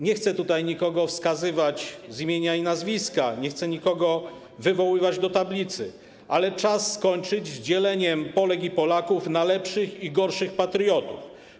Nie chcę tutaj nikogo wskazywać z imienia i nazwiska, nie chcę nikogo wywoływać do tablicy, ale czas skończyć z dzieleniem Polek i Polaków na lepszych i gorszych patriotów.